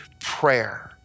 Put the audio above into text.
prayer